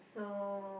so